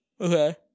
Okay